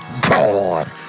God